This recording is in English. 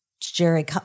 Jerry